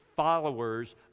followers